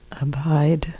Abide